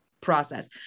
process